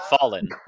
fallen